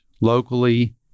locally